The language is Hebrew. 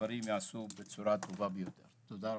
שהדברים ייעשו בצורה הטובה ביותר, תודה רבה.